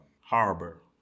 harbor